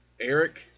Eric